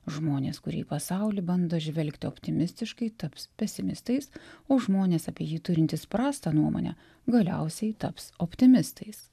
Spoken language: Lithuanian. žmonės kurie į pasaulį bando žvelgti optimistiškai taps pesimistais o žmonės apie jį turintys prastą nuomonę galiausiai taps optimistais